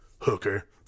hooker